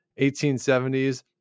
1870s